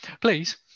please